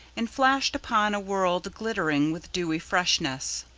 and flashed upon a world glittering with dewy freshness.